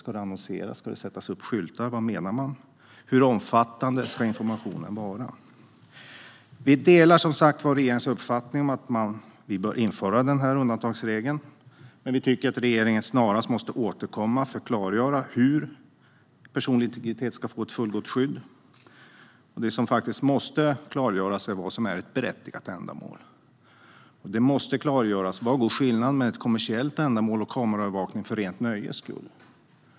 Ska det annonseras eller sättas upp skyltar? Vad menar man? Och hur omfattande ska informationen vara? Vi delar som sagt regeringens uppfattning om att denna undantagsregel bör införas, men vi tycker att regeringen snarast måste återkomma för att klargöra hur den personliga integriteten ska få ett fullgott skydd. Det som måste klargöras är vad som är ett berättigat ändamål. Det måste också klargöras var skiljelinjen går mellan ett kommersiellt ändamål och kameraövervakning för rent nöjes skull.